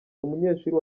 umunyeshuri